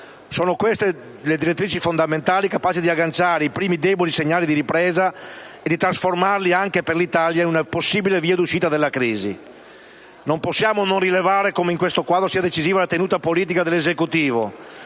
Sono queste le direttrici fondamentali capaci di agganciare i primi deboli segnali di ripresa e di trasformarli, anche per l'Italia, in una possibile via di uscita dalla crisi. Non possiamo non rilevare come in questo quadro sia decisiva la tenuta politica dell'Esecutivo,